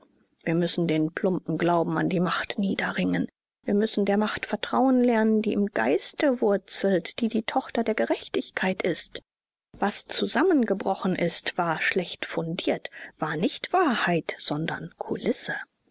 wir müssen den plumpen glauben an die macht niederringen wir müssen der macht vertrauen lernen die im geiste wurzelt die die tochter der gerechtigkeit ist was zusammengebrochen ist war schlecht fundiert war nicht wahrheit sondern kulisse